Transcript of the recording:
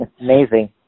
Amazing